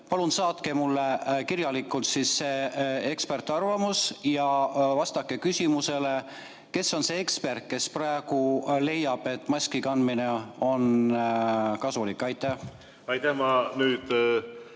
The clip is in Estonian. palun saatke mulle kirjalikult see ekspertarvamus ja vastake küsimusele, kes on see ekspert, kes praegu leiab, et maski kandmine on kasulik. Tänan,